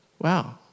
wow